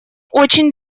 очень